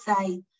say